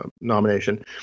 nomination